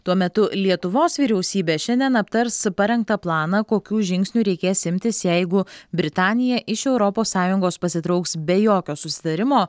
tuo metu lietuvos vyriausybė šiandien aptars parengtą planą kokių žingsnių reikės imtis jeigu britanija iš europos sąjungos pasitrauks be jokio susitarimo